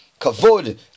Kavod